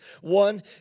One